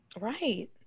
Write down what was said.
Right